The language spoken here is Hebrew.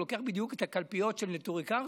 אבל הוא לוקח בדיוק את הקלפיות של נטורי קרתא,